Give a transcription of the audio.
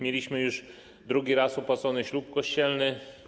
Mieliśmy już drugi raz opłacony ślub kościelny.